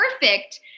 perfect